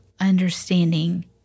understanding